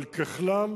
אבל ככלל